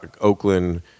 Oakland